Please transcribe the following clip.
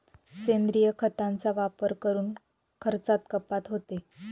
सेंद्रिय खतांचा वापर करून खर्चात कपात होते